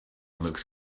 looks